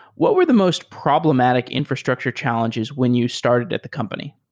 what were the most problematic infrastructure challenges when you started at the company?